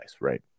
right